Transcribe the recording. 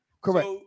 correct